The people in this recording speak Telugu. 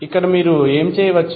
ఇక్కడ మీరు ఏమి చేయవచ్చు